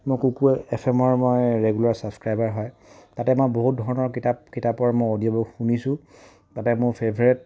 মই কুকু এফ এমৰ মই ৰেগুলাৰ ছাবছক্ৰাইবাৰ হয় তাতে মই বহুত ধৰণৰ কিতাপ কিতাপৰ মই অডিঅ' বুক শুনিছো তাতে মোৰ ফেভৰেট